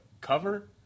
cover